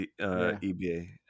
EBA